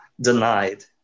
denied